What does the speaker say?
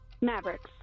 Mavericks